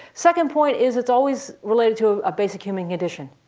second point is it's always related to a basic human condition.